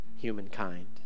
humankind